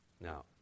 Now